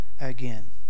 again